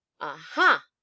Aha